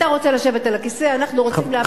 אתה רוצה לשבת על הכיסא, אנחנו רוצים להחליף אותך.